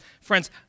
Friends